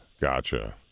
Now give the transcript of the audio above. Gotcha